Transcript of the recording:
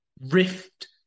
rift